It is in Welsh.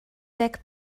deg